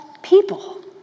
people